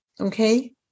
Okay